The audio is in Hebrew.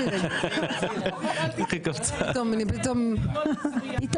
אמרתי לעצמי, אז למה כל החוק הזה, מה קרה?